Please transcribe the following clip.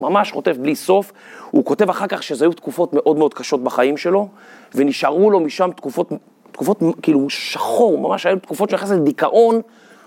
ממש חוטף בלי סוף, הוא כותב אחר כך שזה היו תקופות מאוד מאוד קשות בחיים שלו ונשארו לו משם תקופות, תקופות כאילו שחור, ממש היו תקופות שנכנסת לדיכאון